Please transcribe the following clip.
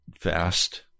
fast